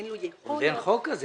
אין לו יכולת -- עוד אין חוק כזה,